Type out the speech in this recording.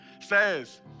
says